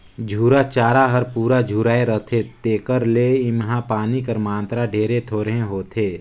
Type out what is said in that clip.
झूरा चारा हर पूरा झुराए रहथे तेकर ले एम्हां पानी कर मातरा ढेरे थोरहें होथे